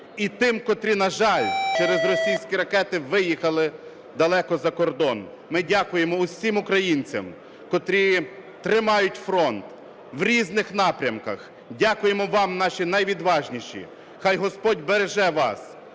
і тим, котрі, на жаль, через російські ракети виїхали далеко за кордон. Ми дякуємо усім українцям, котрі тримають фронт в різних напрямках. Дякуємо вам, наші найвідважніші, хай Господь береже вас.